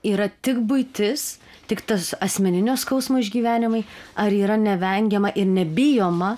yra tik buitis tik tas asmeninio skausmo išgyvenimai ar yra nevengiama ir nebijoma